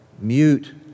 mute